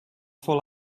fall